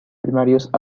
primarios